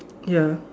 ya